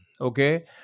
Okay